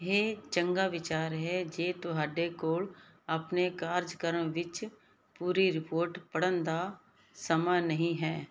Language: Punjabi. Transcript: ਇਹ ਚੰਗਾ ਵਿਚਾਰ ਹੈ ਜੇ ਤੁਹਾਡੇ ਕੋਲ ਆਪਣੇ ਕਾਰਜਕ੍ਰਮ ਵਿੱਚ ਪੂਰੀ ਰਿਪੋਰਟ ਪੜ੍ਹਨ ਦਾ ਸਮਾਂ ਨਹੀਂ ਹੈ